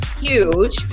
huge